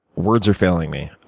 words are failing me,